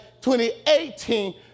2018